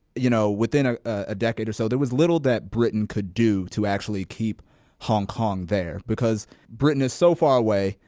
you know, within a ah decade or so there was little that britain could do to actually keep hong kong there because britain is so far away.